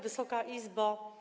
Wysoka Izbo!